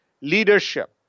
leadership